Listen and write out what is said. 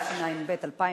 התשע"ב 2012,